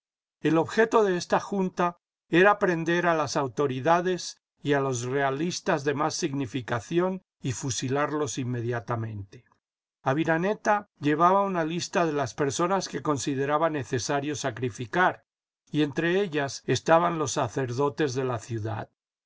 el objeto de esta junta era prender a las autoridades y a los realistas de más significación y fusilarlos inmediatamente aviraneta llevaba una lista de las personas que consideraba necesario sacrificar y entre ellas estaban los sacerdotes de la ciudad